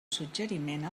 suggeriment